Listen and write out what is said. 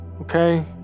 okay